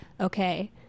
okay